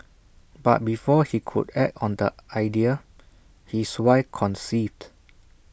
but before he could act on the idea his wife conceived